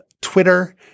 Twitter